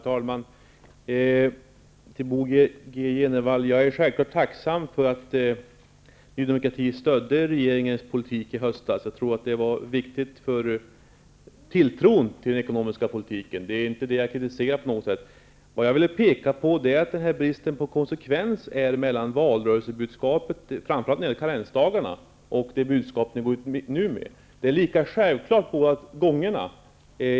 Herr talman! Till Bo G Jenevall vill jag säga att jag självfallet är tacksam för att Ny demokrati stödde regeringens politik i höstas -- det var viktigt för tilltron till den ekonomiska politiken. Det är inte det jag kritiserar. Vad jag vill peka på är bristen på konsekvens mellan valrörelsebudskapet, framför allt när det gäller karensdagarna, och det budskap Ny demokrati nu går ut med.